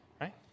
right